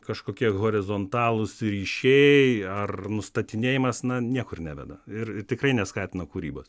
kažkokie horizontalūs ryšiai ar nustatinėjimas na niekur neveda ir tikrai neskatina kūrybos